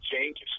changes